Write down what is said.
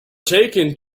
taken